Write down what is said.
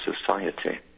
society